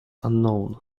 unknown